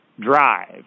drive